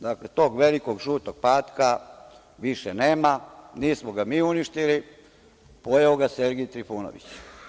Dakle, tog velikog žutog patka više nema, nismo ga mi uništili, pojeo ga je Sergej Trifunović.